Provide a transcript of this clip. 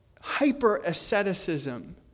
hyper-asceticism